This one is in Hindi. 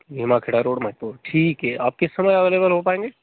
भीमाखेड़ा रोड महीपुर ठीक है आप किस समय अवेलेबल हो पाएँगे